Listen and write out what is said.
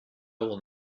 will